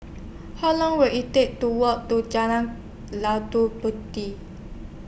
How Long Will IT Take to Walk to Jalan Puteh